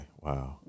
wow